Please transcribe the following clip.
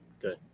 Good